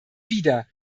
wieder